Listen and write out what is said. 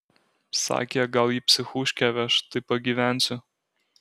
sakė gal į psichuškę veš tai pagyvensiu